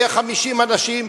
נהיה 50 אנשים,